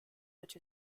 which